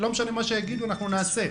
לא משנה מה שיגידו, אנחנו נעשה.